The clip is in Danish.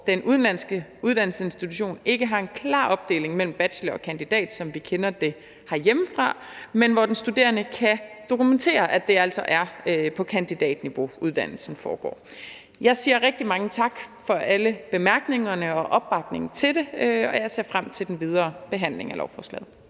hvor den udenlandske uddannelsesinstitution ikke har en klar opdeling mellem bachelor- og kandidatuddannelse, som vi kender det herhjemmefra, men hvor den studerende kan dokumentere, at det altså er på kandidatniveau, uddannelsen foregår. Jeg siger rigtig mange tak for alle bemærkningerne og opbakningen til det, og jeg ser frem til den videre behandling af lovforslaget.